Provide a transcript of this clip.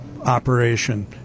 operation